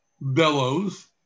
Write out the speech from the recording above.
bellows